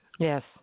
Yes